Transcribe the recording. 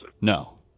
No